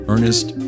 Ernest